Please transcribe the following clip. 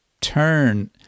turn